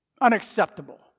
Unacceptable